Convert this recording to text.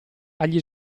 agli